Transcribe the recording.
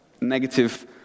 Negative